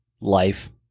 life